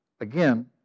Again